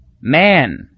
Man